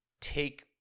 take